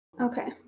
Okay